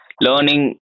learning